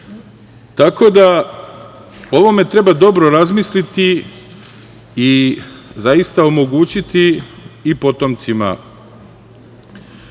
da, o ovome treba dobro razmisliti i zaista omogućiti i potomcima